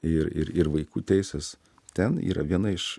ir ir ir vaikų teisės ten yra viena iš